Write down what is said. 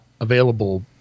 available